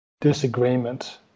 disagreement